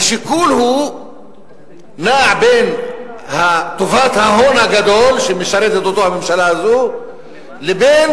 השיקול נע בין טובת ההון הגדול שמשרתת אותו הממשלה הזאת לבין